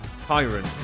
Tyrant